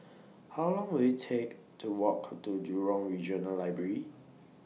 How Long Will IT Take to Walk to Jurong Regional Library